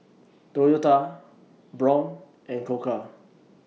Toyota Braun and Koka